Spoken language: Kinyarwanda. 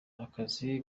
akazi